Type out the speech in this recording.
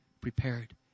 prepared